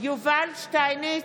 יובל שטייניץ,